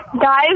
Guys